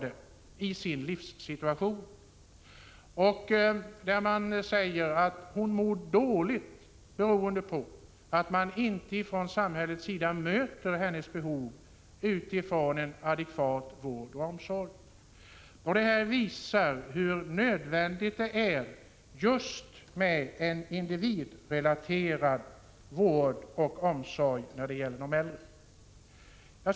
Det heter att hon mår dåligt, beroende på att samhället inte möter hennes behov med en adekvat vård och omsorg. Det här visar hur nödvändigt det är just med en individrelaterad vård och omsorg när det gäller de äldre.